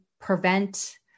prevent